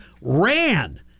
ran